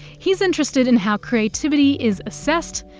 he is interested in how creativity is assessed,